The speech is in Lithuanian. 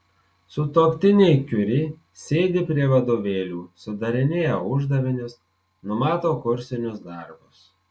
sutuoktiniai kiuri sėdi prie vadovėlių sudarinėja uždavinius numato kursinius darbus